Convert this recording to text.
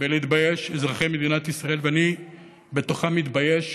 ולהתבייש אזרחי מדינת ישראל, ואני בתוכם מתבייש